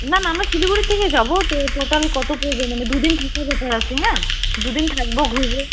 না না আমরা শিলিগুড়ির থেকেই যাব তো টোটাল কত পড়বে মানে দু দিন ঠিক মতো থাকছি হ্যাঁ দু দিন থাকব ঘুরব